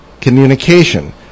Communication